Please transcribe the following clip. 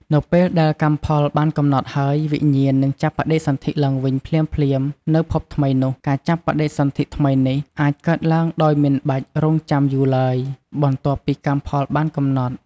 នៅពេលដែលកម្មផលបានកំណត់ហើយ វិញ្ញាណនឹងចាប់បដិសន្ធិឡើងវិញភ្លាមៗនៅភពថ្មីនោះ ការចាប់បដិសន្ធិថ្មីនេះអាចកើតឡើងដោយមិនបាច់រង់ចាំយូរឡើយ បន្ទាប់ពីកម្មផលបានកំណត់។